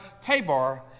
Tabor